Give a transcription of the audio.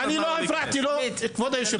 כבוד היושב-ראש,